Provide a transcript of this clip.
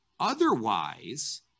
Otherwise